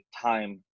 time